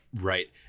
Right